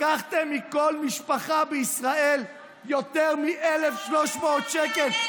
לקחתם מכל משפחה בישראל יותר מ-1,300 שקל,